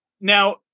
Now